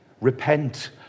Repent